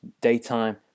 daytime